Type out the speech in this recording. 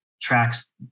tracks